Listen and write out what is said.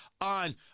on